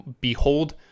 Behold